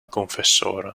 confessore